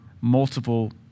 multiple